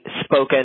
spoken